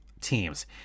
teams